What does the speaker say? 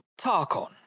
Tarkon